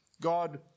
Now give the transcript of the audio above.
God